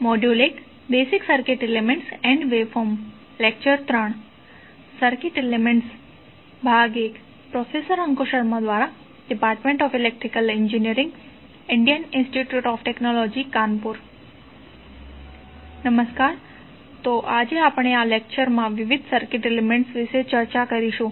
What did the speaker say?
નમસ્કાર તેથી આજે આપણે આ લેક્ચર માં વિવિધ સર્કિટ એલિમેન્ટ્સ વિશે ચર્ચા કરીશું